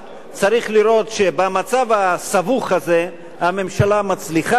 צריך לראות שבמצב הסבוך הזה הממשלה מצליחה,